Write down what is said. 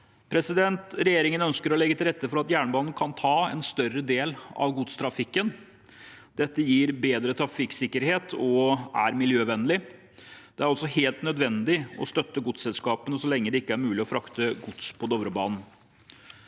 Dovrebanen. Regjeringen ønsker å legge til rette for at jernbanen kan ta en større del av godstrafikken, dette gir bedre trafikksikkerhet og er miljøvennlig. Det er altså helt nødvendig å støtte godstogselskapene så lenge det ikke er mulig å frakte gods på Dovrebanen.